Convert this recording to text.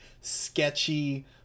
sketchy